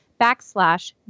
backslash